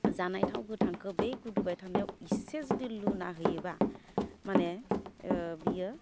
जानाय थाव गोथांखौ बे गोदौबाय थानायाव इसे जुदि लुना होयोबा माने बियो